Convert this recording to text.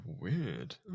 Weird